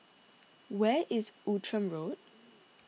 where is Outram Road